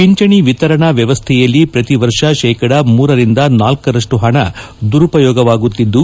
ಪಿಂಚಣಿ ವಿತರಣಾ ವ್ಯವಸ್ಥೆಯಲ್ಲಿ ಪ್ರತಿವರ್ಷ ಶೇಕಡ ಮೂರರಿಂದ ನಾಲ್ಗರಷ್ಟು ಹಣ ದುರುಪಯೋಗವಾಗುತ್ತಿದ್ದು